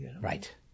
Right